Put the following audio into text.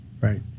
right